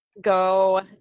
go